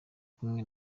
kumwe